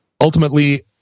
ultimately